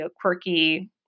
quirky